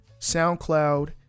SoundCloud